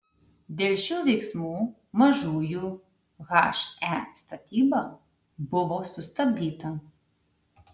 dėl šių veiksmų mažųjų he statyba buvo sustabdyta